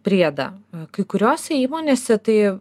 priedą kai kuriose įmonėse tai